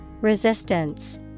Resistance